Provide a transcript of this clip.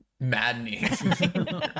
Maddening